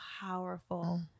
powerful